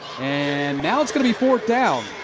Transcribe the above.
and now it's going to be fourth down.